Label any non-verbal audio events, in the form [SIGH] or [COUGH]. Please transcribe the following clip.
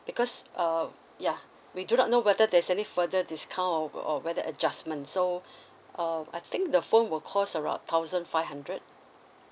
because uh ya we do not know whether there's any further discount or or whether adjustment so [BREATH] uh I think the phone will cost around thousand five hundred